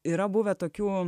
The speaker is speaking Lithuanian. yra buvę tokių